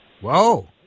Whoa